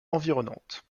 environnantes